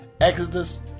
Exodus